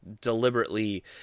deliberately